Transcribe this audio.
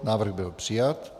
Návrh byl přijat.